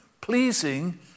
pleasing